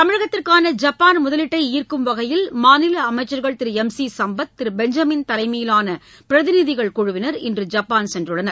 தமிழகத்திற்கான ஜப்பான் முதலீட்டை ஈர்க்கும் வகையில் மாநில அமைச்சர்கள் திரு எம் சி சம்பத் திரு பெஞ்சமின் தலைமயிலான பிரதிநிதிகள் குழுவினர் இன்று ஜப்பான் சென்றுள்ளனர்